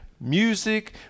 music